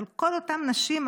אבל כל אותן נשים,